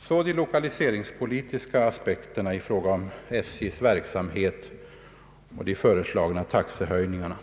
Så till de lokaliseringspolitiska aspekterna i fråga om SJ:s verksamhet och de föreslagna taxehöjningarna.